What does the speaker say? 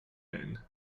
been